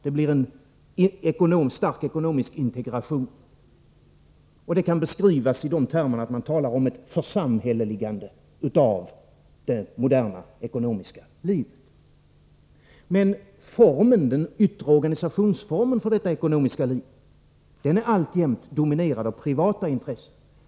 Det blir en stark ekonomisk integration, och det kan beskrivas i sådana termer att man talar om ett ”församhälleligande” av det moderna ekonomiska livet. Men den yttre organisationsformen för detta ekonomiska liv är alltjämt dominerad av privata intressen.